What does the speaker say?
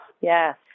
Yes